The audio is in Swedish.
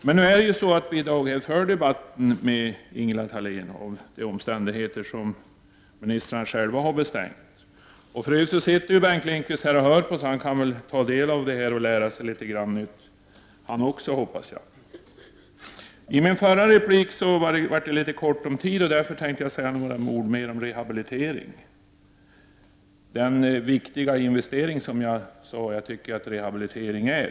Men nu är det så att vi i dag för debatten med Ingela Thalén, och det är omständigheter som ministrarna själva har bestämt om. För övrigt sitter Bengt Lindqvist här och lyssnar, så han kan väl ta del av debatten och lära sig litet nytt han också, hoppas jag. I min förra replik fick jag litet kort om tid, och därför tänkte jag säga något mera om rehabilitering, den viktiga investering som jag tycker att rehabilite ring är.